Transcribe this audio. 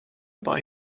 boy